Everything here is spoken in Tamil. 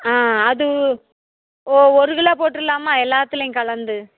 ஆ அது ஒ ஒரு கிலோ போட்டுருலாமா எல்லாத்துலேயும் கலந்து